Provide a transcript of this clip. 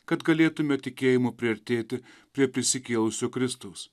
kad galėtume tikėjimu priartėti prie prisikėlusio kristaus